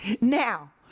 Now